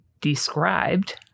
described